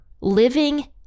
living